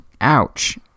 Ouch